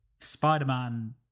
Spider-Man